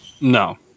No